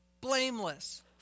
Blameless